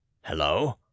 Hello